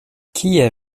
kie